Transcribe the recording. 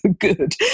Good